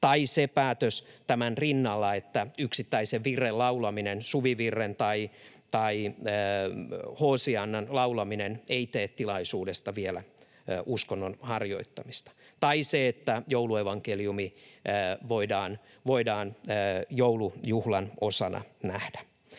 myös päätös tämän rinnalla siitä, että yksittäisen virren laulaminen, Suvivirren tai Hoosiannan, ei tee tilaisuudesta vielä uskonnon harjoittamista, ja päätös siitä, että jouluevankeliumi voidaan joulujuhlan osana nähdä.